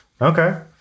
Okay